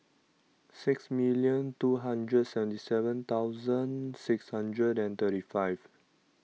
sixty million two hundred seventy seven thousand six hundred and thirty five